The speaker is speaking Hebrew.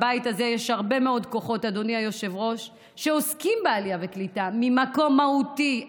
בבית הזה יש הרבה מאוד כוחות שעוסקים בעלייה וקליטה ממקום מהותי,